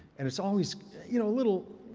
and it's always, you know, a little,